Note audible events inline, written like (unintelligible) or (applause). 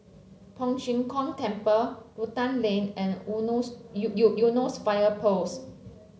Tong Tien Kung Temple Rotan Lane and (unintelligible) Eunos Fire Post